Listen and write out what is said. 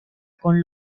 con